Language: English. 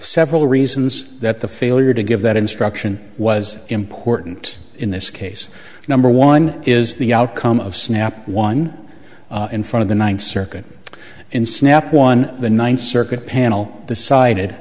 several reasons that the failure to give that instruction was important in this case number one is the outcome of snap one in front of the ninth circuit in snap one of the ninth circuit panel decided